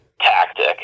tactic